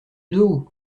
d’eau